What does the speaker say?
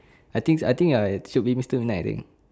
I think I think ya should be mister midnight I think